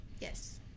Yes